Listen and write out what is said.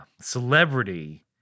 Celebrity